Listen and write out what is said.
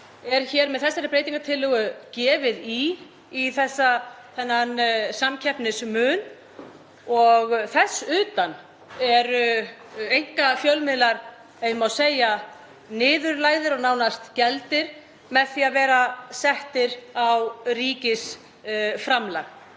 er með þessari breytingartillögu gefið í þann samkeppnismun. Þess utan eru einkafjölmiðlar, ef ég má segja, niðurlægðir og nánast geltir með því að vera settir á ríkisframlag.